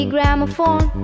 Gramophone